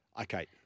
okay